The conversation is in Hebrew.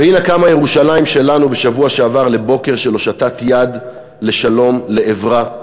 והנה קמה ירושלים שלנו בשבוע שעבר לבוקר של הושטת יד לשלום לעברה,